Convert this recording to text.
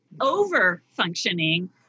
over-functioning